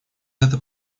это